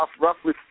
roughly